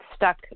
Stuck